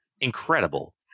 Incredible